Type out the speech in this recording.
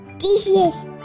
Jesus